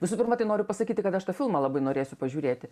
visų pirma tai noriu pasakyti kad aš tą filmą labai norėsiu pažiūrėti